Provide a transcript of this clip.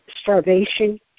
starvation